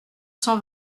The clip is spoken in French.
cent